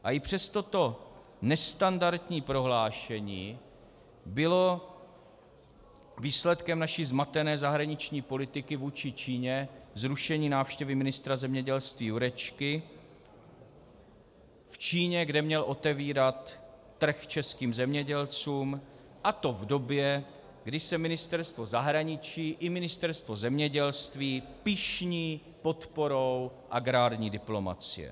A i přes toto nestandardní prohlášení bylo výsledkem naší zmatené zahraniční politiky vůči Číně zrušení návštěvy ministra zemědělství Jurečky v Číně, kde měl otevírat trh českým zemědělcům, a to v době, kdy se Ministerstvo zahraničí i Ministerstvo zemědělství pyšní podporou agrární diplomacie.